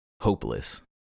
hopeless